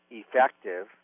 effective